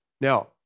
Now